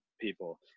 people